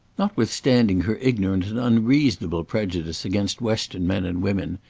notwithstanding her ignorant and unreasonable prejudice against western men and women,